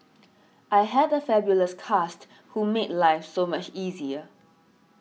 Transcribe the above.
I had a fabulous cast who made life so much easier